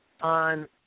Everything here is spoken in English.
on